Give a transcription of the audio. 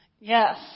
Yes